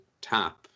tap